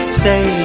say